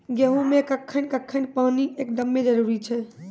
गेहूँ मे कखेन कखेन पानी एकदमें जरुरी छैय?